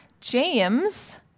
James